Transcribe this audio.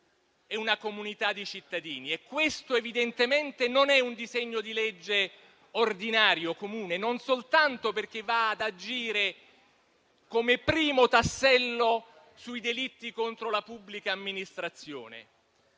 e una comunità di cittadini. Questo, evidentemente, non è un disegno di legge ordinario, comune, non soltanto perché va ad agire come primo tassello sui delitti contro la pubblica amministrazione,